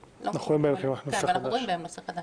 ואנחנו רואים בהם נושא חדש.